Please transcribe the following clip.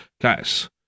guys